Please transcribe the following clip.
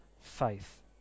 faith